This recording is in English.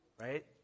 Right